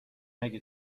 اگه